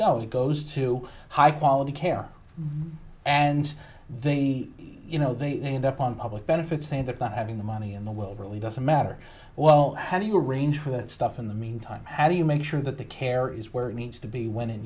you goes to high quality care and they you know they end up on public benefits and that not having the money in the world really doesn't matter well how do you arrange for that stuff in the meantime how do you make sure that the care is where it needs to be when it